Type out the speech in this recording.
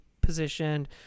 positioned